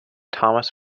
thomas